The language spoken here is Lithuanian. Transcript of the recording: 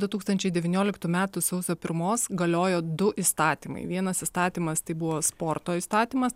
du tūkstančiai devynioliktų metų sausio pirmos galiojo du įstatymai vienas įstatymas tai buvo sporto įstatymas